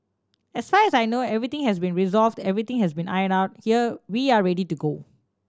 as far as I know everything has been resolved everything has been ironed out here we are ready to go